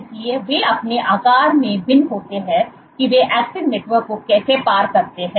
इसलिए वे अपने आकार में भिन्न होते हैं कि वे ऐक्टिन नेटवर्क को कैसे पार करते हैं